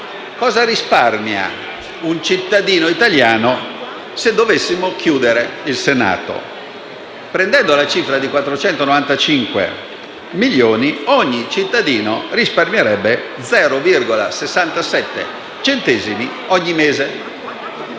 Cosa risparmierebbe un cittadino italiano se dovessimo chiudere il Senato? Prendendo la cifra di 495 milioni, ogni cittadino risparmierebbe 0,67 centesimi ogni mese;